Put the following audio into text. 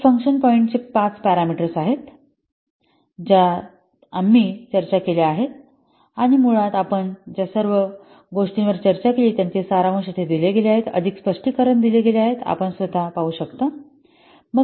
हे function point चे पाच पॅरामीटर्स आहेत ज्या आम्ही चर्चा केल्या आहेत आणि मुळात आपण ज्या सर्व गोष्टींवर चर्चा केली त्यांचे सारांश येथे दिले गेले आहेत अधिक स्पष्टीकरण दिले गेले आहे आपण स्वत पाहू शकता